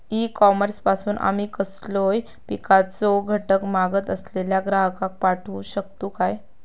E commerce पासून आमी कसलोय पिकाचो घटक मागत असलेल्या ग्राहकाक पाठउक शकतू काय?